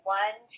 one